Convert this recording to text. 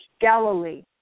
Galilee